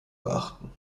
beachten